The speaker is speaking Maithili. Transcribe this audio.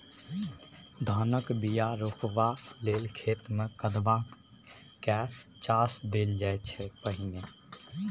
धानक बीया रोपबाक लेल खेत मे कदबा कए चास देल जाइ छै पहिने